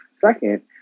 Second